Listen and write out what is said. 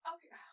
Okay